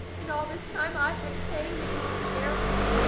and all this time i've been praying that you would spare him.